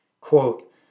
Quote